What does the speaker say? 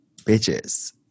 bitches